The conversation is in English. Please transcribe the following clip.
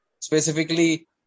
specifically